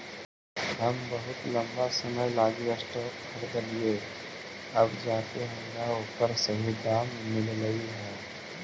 हम बहुत लंबा समय लागी स्टॉक खरीदलिअइ अब जाके हमरा ओकर सही दाम मिललई हे